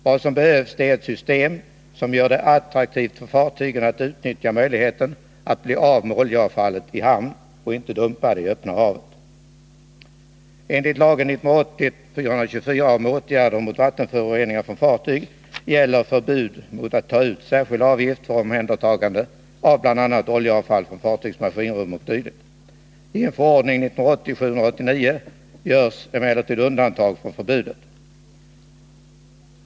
Vad som behövs är ett system som gör det attraktivt för fartygen att utnyttja möjligheten att bli av med oljeavfallet i hamn och inte dumpa det i öppna havet. Enligt lagen 1980:424 om åtgärder mot vattenföroreningar från fartyg gäller förbud mot att ta ut särskild avgift för omhändertagande av bl.a. oljeavfall från fartygs maskinrum o.d. I en förordning 1980:789 görs emellertid undantag från förbudet.